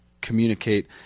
communicate